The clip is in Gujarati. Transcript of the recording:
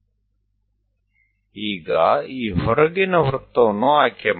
તો ચાલો આપણે બહારનું વર્તુળ લઈએ